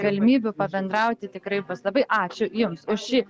galimybių pabendrauti tikrai bus labai ačiū jums už šį